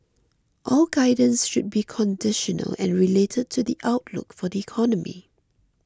all guidance should be conditional and related to the outlook for the economy